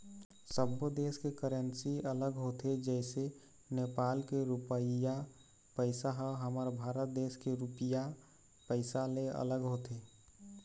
सब्बो देस के करेंसी अलग होथे जइसे नेपाल के रुपइया पइसा ह हमर भारत देश के रुपिया पइसा ले अलग होथे